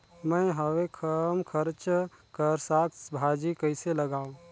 मैं हवे कम खर्च कर साग भाजी कइसे लगाव?